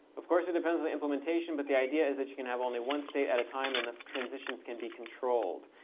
of course, it depends on implementation, but the idea is that you can have only one state at a time, and the transitions can be controlled.